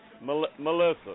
Melissa